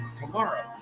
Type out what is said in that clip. tomorrow